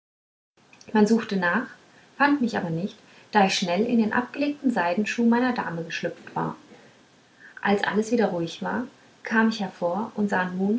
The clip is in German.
man suchte nach fand mich aber nicht da ich schnell in den abgelegten seidenschuh meiner dame geschlüpft war als alles wieder ruhig war kam ich hervor und sah